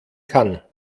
kann